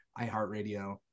iHeartRadio